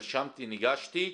נרשמתי, ניגשתי,